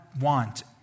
want